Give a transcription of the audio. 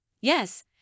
Yes